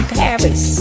paris